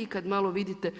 I kad malo vidite,